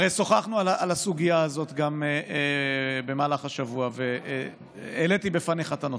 הרי שוחחנו על הסוגיה הזאת גם במהלך השבוע והעליתי בפניך את הנושא.